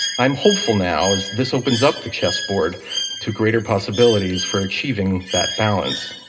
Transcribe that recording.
i'm hopeful now as this opens up the chess board to greater possibilities for achieving that balance.